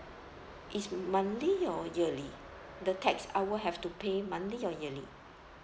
is monthly or yearly the tax I will have to pay monthly or yearly